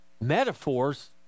Metaphors